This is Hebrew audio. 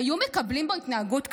היו מקבלים בו התנהגות כזאת?